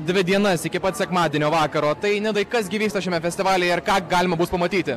dvi dienas iki pat sekmadienio vakaro tai nidai kas gi vyksta šiame festivalyje ar ką galima bus pamatyti